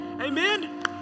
Amen